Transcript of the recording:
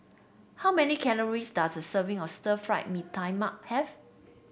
how many calories does a serving or Stir Fried Mee Tai Mak have